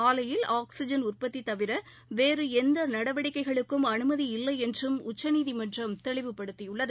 ஆலையில் ஆக்ஸிஜன் உற்பத்திதவிர வேறுஎந்தநடவடிக்கைகளுக்கும் அனுமதி இல்லைஎன்றும் உச்சநீதிமன்றம் தெளிவுபடுத்தியுள்ளது